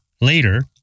later